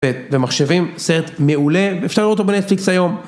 ומחשבים, סרט מעולה, אפשר לראות אותו בנטפליקס היום.